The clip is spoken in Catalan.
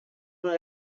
una